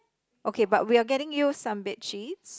okay but we are getting you some bedsheets